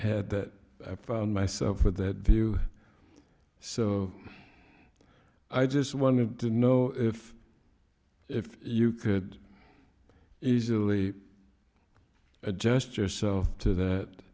had that i found myself or that view so i just wanted to know if you could easily adjust yourself to that